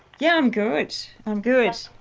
yeah, i'm good, i'm good.